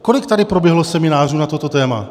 Kolik tady proběhlo seminářů na toto téma?